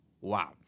wow